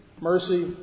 Mercy